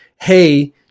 hey